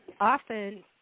often